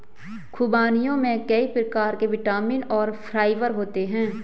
ख़ुबानियों में कई प्रकार के विटामिन और फाइबर होते हैं